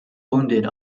wounded